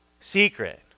secret